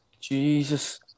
Jesus